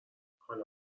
حالا